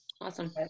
Awesome